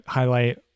highlight